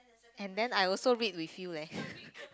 and then I also read with you leh